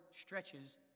stretches